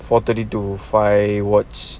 four thirty to five watch